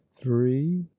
three